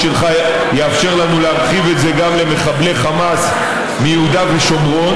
והחוק שלך יאפשר לנו להרחיב את זה גם למחבלי חמאס מיהודה ושומרון,